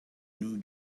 new